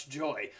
joy